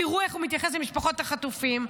תראו איך הוא מתייחס למשפחות החטופים,